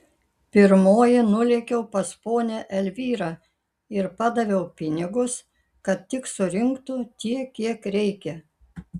pirmoji nulėkiau pas ponią elvyrą ir padaviau pinigus kad tik surinktų tiek kiek reikia